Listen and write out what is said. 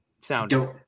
sound